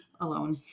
alone